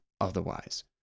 otherwise